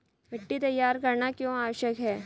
मिट्टी तैयार करना क्यों आवश्यक है?